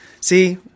See